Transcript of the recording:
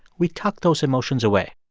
we tuck those emotions away.